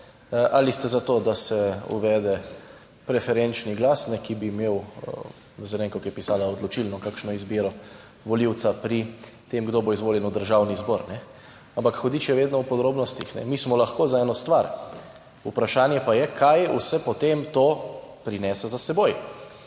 ali ste za to, da se uvede preferenčni glas, Ki bi imel, zdaj ne vem kako je pisalo, odločilno kakšno izbiro volivca pri tem, kdo bo izvoljen v Državni zbor. Ampak hudič je vedno v podrobnostih, mi smo lahko za eno stvar, vprašanje pa je, kaj vse potem to prinese za seboj.